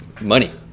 money